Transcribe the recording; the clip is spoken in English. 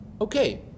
Okay